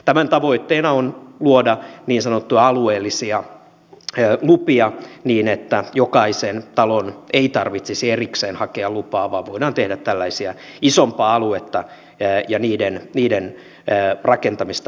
tämän tavoitteena on luoda niin sanottuja alueellisia lupia niin että jokaisen talon ei tarvitsisi erikseen hakea lupaa vaan voidaan tehdä tällaisia isompaa aluetta ja sille rakentamista helpottavia päätöksiä